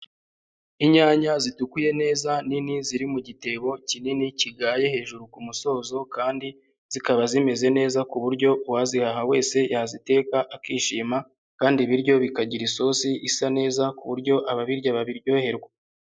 Inyanya zitukuye neza, nini ziri mu gitebo kinini, kigaye hejuru ku musozo kandi zikaba zimeze neza ku buryo uwazihaha wese yaziteka akishima kandi ibiryo bikagira isosi isa neza ku buryo ababirya babiryoherwa.